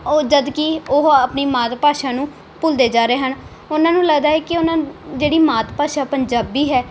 ਉਹ ਜਦੋਂ ਕਿ ਉਹ ਆਪਣੀ ਮਾਤ ਭਾਸ਼ਾ ਨੂੰ ਭੁੱਲਦੇ ਜਾ ਰਹੇ ਹਨ ਉਹਨਾਂ ਨੂੰ ਲੱਗਦਾ ਹੈ ਕਿ ਉਹਨਾਂ ਜਿਹੜੀ ਮਾਤ ਭਾਸ਼ਾ ਪੰਜਾਬੀ ਹੈ